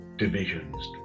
divisions